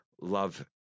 love